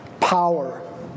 power